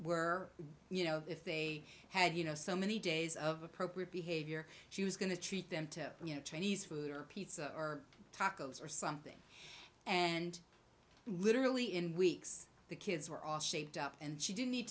were you know if they had you know so many days of appropriate behavior she was going to treat them to chinese food or pizza or tacos or something and literally in weeks the kids were all shaped up and she didn't need